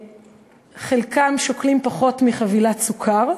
חלקם שוקלים פחות מחבילת סוכר,